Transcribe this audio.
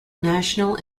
national